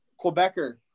Quebecer